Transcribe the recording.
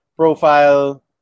Profile